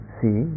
see